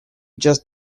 just